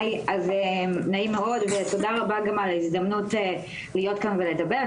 נעים מאוד ותודה רבה גם על ההזדמנות להיות כאן ולדבר.